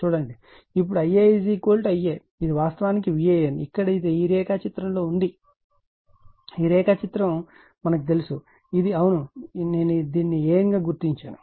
ఇప్పుడు Ia Ia ఇది వాస్తవానికి VAN ఇక్కడ ఇది ఈ రేఖాచిత్రంలో ఉంది ఈ రేఖాచిత్రం మనకు ఇది తెలుసు ఇది అవును నేను దీనిని AN గా గుర్తించాను